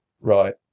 Right